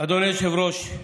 אדוני היושב-ראש,